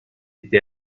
été